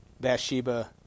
Bathsheba